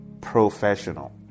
Professional